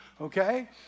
okay